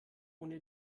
ohne